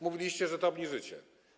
Mówiliście, że to obniżycie.